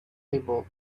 able